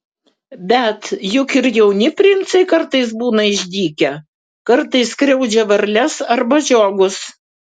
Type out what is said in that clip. bet juk ir jauni princai kartais būna išdykę kartais skriaudžia varles arba žiogus